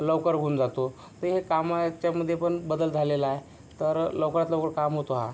लवकर होऊन जातो ते हे कामाच्या मध्ये पण बदल झालेला आहे तर लवकरात लवकर काम होतो हा